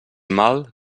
mal